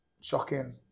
shocking